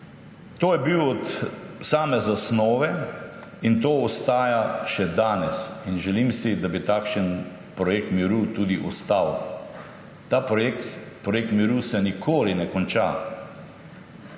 To je bil od same zasnove in to ostaja še danes in želim si, da bi takšen projekt miru tudi ostal. Ta projekt, projekt miru se nikoli ne konča.